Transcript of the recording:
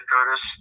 Curtis